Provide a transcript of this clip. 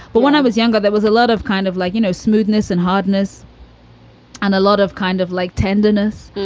but when i was younger, there was a lot of kind of like, you know, smoothness and hardness and a lot of kind of like tenderness.